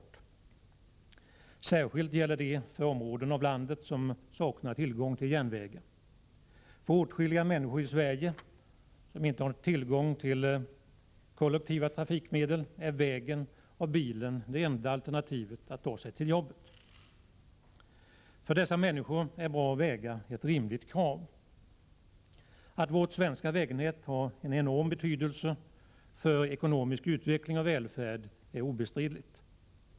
Särskilt gäller det för områden av landet som saknar tillgång till järnvägar. För åtskilliga människor i Sverige som inte har tillgång till kollektiva trafikmedel är vägen och bilen det enda alternativet för att ta sig till jobbet. För dessa människor är bra vägar ett rimligt krav. Att vårt svenska vägnät har en enorm betydelse för ekonomisk utveckling och välfärd är obestridligt.